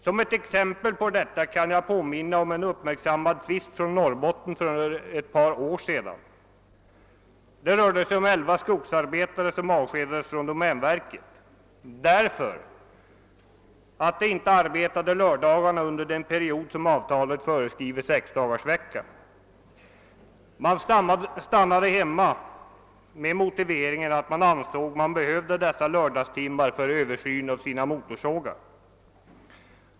Som ett exempel på detta kan jag påminna om en uppmärksammad tvist i Norrbotten för ett par år sedan. Det rörde sig om elva skogsarbetare som avskedades av domänverket, därför att de inte arbetade på lör dagarna under den period för vilken avtalet föreskriver sexdagars arbetsvecka. De stannade hemma med motiveringen att de ansåg, att de behövde dessa lördagstimmar för översyn av sina motorsågar.